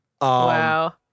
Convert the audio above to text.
wow